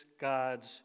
God's